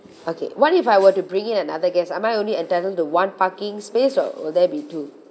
okay what if I were to bring in another guest am I only entitled to one parking space or will there be two